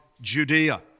Judea